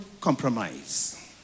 compromise